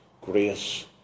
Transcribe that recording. grace